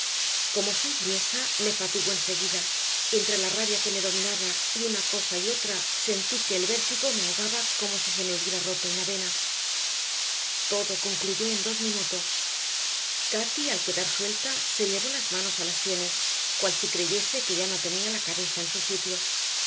como soy gruesa me fatigo en seguida y entre la rabia que me dominaba y una cosa y otra sentí que el vértigo me ahogaba como si se me hubiera roto una vena todo concluyó en dos minutos cati al quedar suelta se llevó las manos a las sienes cual si creyese que ya no tenía la cabeza en su sitio